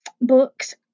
Books